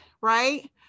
right